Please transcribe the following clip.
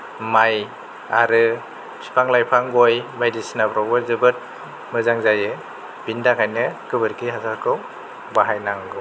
माइ आरो बिफां लाइफां गय बायदिसिनाफ्रावबो जोबोद मोजां जायो बेनि थाखायनो गोबोरखि हासारखौ बाहायनांगौ